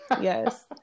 yes